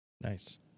Nice